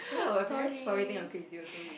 ya my parents probably think I'm crazy also